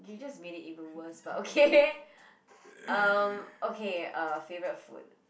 you just made it even worse but okay um okay uh favorite food